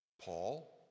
Paul